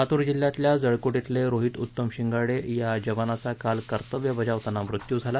लातूर जिल्ह्यातल्या जळकोट इथले रोहित उत्तम शिंगाडे या जवानाचा काल कर्तव्य बजावतांना मृत्यू झाला